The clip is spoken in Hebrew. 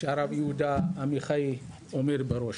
שהרב יהודי עמיחי עומד בראש.